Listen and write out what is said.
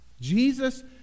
Jesus